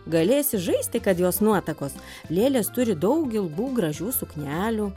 galėsi žaisti kad jos nuotakos lėlės turi daug ilgų gražių suknelių